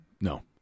no